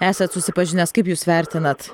esat susipažinęs kaip jūs vertinat